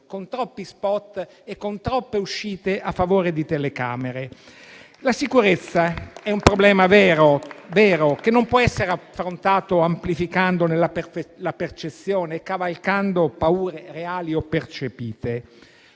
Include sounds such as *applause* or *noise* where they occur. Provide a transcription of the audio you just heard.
con troppi *spot* e con troppe uscite a favore di telecamere. *applause* La sicurezza è un problema vero che non può essere affrontato amplificandone la percezione e cavalcando paure reali o percepite.